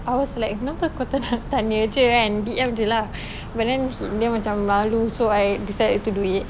I was like kenapa kau tak nak tanya jer D_M jer lah but then he macam malu so I decided to do it